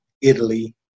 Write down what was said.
Italy